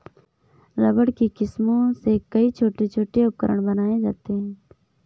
rubber की किस्मों से कई छोटे छोटे उपकरण बनाये जाते हैं